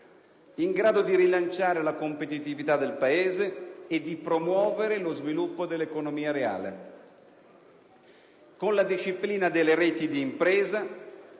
in grado di rilanciare la competitività del Paese e di promuovere lo sviluppo dell'economia reale. Con la disciplina delle reti di imprese